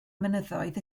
mynyddoedd